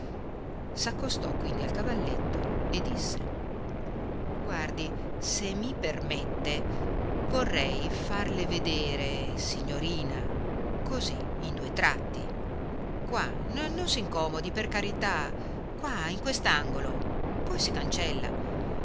già s'accostò quindi al cavalletto e disse guardi se mi permette vorrei farle vedere signorina così in due tratti qua non s'incomodi per carità qua in quest'angolo poi si